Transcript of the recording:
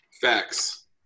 Facts